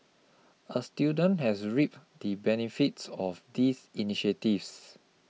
a student has reaped the benefits of these initiatives